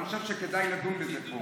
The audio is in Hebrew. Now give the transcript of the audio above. אני חושב שכדאי לדון בזה פה.